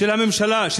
של הממשלה,